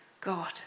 God